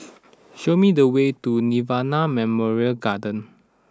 show me the way to Nirvana Memorial Garden